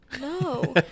No